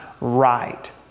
right